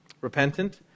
repentant